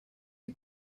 you